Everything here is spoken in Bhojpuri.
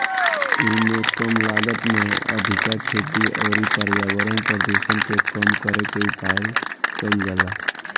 एइमे कम लागत में अधिका खेती अउरी पर्यावरण प्रदुषण के कम करे के उपाय कईल जाला